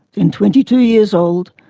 then twenty two years old,